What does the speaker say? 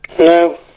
No